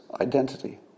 Identity